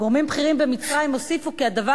גורמים בכירים במצרים הוסיפו כי הדבר